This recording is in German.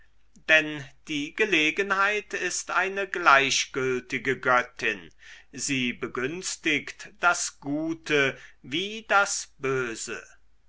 denn die gelegenheit ist eine gleichgültige göttin sie begünstigt das gute wie das böse